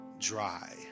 Dry